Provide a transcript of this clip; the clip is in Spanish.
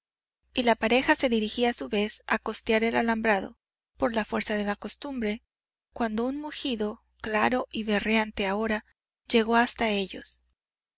y la pareja se dirigía a su vez a costear el alambrado por la fuerza de la costumbre cuando un mugido claro y berreante ahora llegó hasta ellos